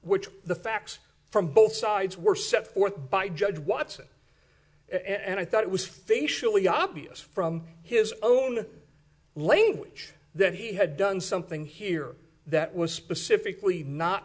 which the facts from both sides were set forth by judge watson and i thought it was facially obvious from his own language that he had done something here that was specifically not